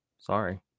sorry